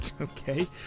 Okay